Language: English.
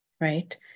right